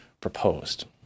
proposed